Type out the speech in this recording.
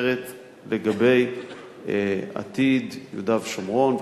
אחרת לגבי עתיד יהודה ושומרון וכדומה.